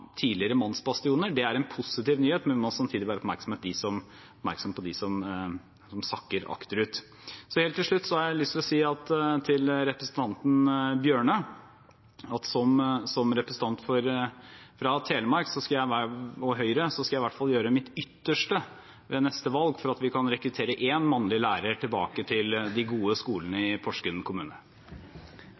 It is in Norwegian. tidligere mannsbastioner. Det er en positiv nyhet, men vi må samtidig være oppmerksom på dem som sakker akterut. Helt til slutt har jeg lyst til å si til representanten Tynning Bjørnø at som representant fra Telemark og Høyre skal jeg i hvert fall gjøre mitt ytterste ved neste valg for at vi kan rekruttere én mannlig lærer tilbake til de gode skolene i Porsgrunn kommune!